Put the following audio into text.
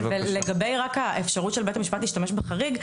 לגבי האפשרות של בית המשפט ישתמש בחריג,